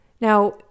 Now